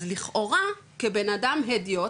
אז לכאורה כבנאדם אידיוט,